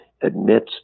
admits